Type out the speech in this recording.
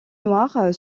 noir